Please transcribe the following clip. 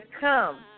come